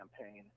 campaign